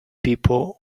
people